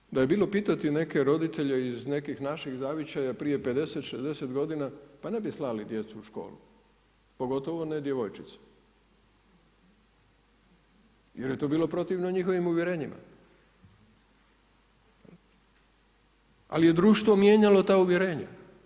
Znate, da je bilo pitati neke roditelje iz nekih naših zavičaja prije 50, 60 godina, pa ne bi slali djecu u školu pogotovo ne djevojčice jer je to bilo protivno njihovim uvjerenjima ali je društvo mijenjali ta uvjerenja.